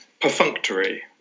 Perfunctory